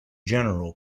general